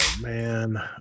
man